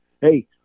Hey